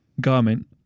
garment